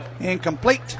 incomplete